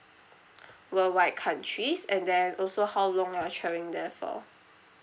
world wide countries and then also how long you're travelling there for